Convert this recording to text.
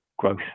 growth